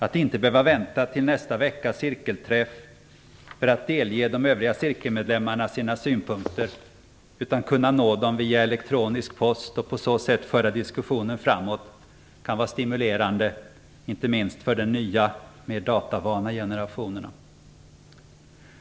Att inte behöva vänta till nästa veckas cirkelträff för att delge de övriga cirkelmedlemmarna sina synpunkter utan kunna nå dem via elektronisk post och på så sätt föra diskussionen framåt kan vara stimulerande för den nya, mer datavana generationen.